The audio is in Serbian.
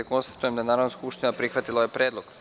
Konstatujem da je Narodna skupština prihvatila ovaj predlog.